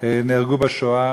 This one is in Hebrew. נהרגו בשואה.